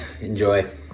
Enjoy